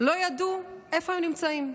לא ידעו איפה הם נמצאים.